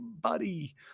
buddy